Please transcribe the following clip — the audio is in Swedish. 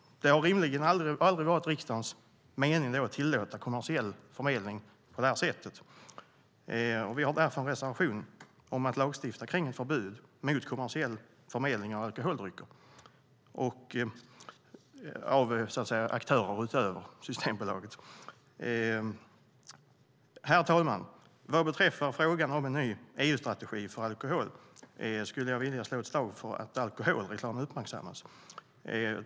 Det har rimligen aldrig varit riksdagens mening att tillåta kommersiell förmedling på det här sättet. Vi har därför en reservation om att lagstifta kring ett förbud mot kommersiell förmedling av alkoholdrycker av andra aktörer än Systembolaget. Herr talman! Vad beträffar frågan om en ny EU-strategi för alkohol skulle jag vilja slå ett slag för att alkoholreklam uppmärksammas.